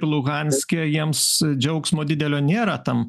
ir luhanske jiems džiaugsmo didelio nėra tam